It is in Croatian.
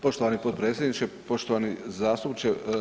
Poštovani potpredsjedniče, poštovani zastupniče.